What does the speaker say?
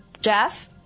Jeff